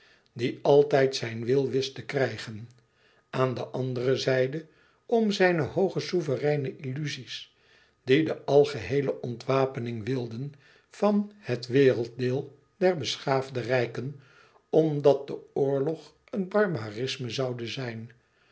die altijd zijn wil wist te krijgen aan de andere zijde om zijne hooge souvereine illuzies die de algeheele ontwapening wilden van het werelddeel der beschaafde rijken omdat de oorlog een barbarisme zoude zijn